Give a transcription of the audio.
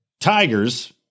Tigers